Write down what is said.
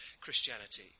Christianity